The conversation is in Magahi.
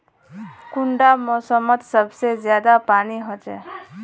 कुंडा मोसमोत सबसे ज्यादा पानी होचे?